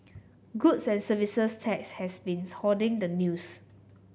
goods and Services Tax has been hoarding the news